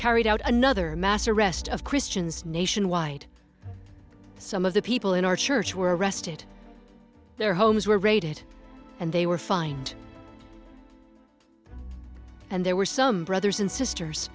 carried out another mass arrest of christians nationwide some of the people in our church were arrested their homes were raided and they were fined and there were some brothers and sisters